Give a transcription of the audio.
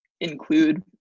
include